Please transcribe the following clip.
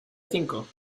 cinco